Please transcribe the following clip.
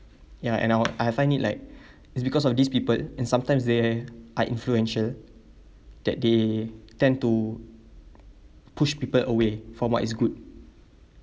ya and I wi~ I find it like it's because of these people and sometimes they are influential that they tend to push people away from what is good